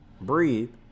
breathe